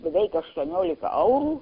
beveik aštuoniolika eurų